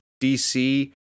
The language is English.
DC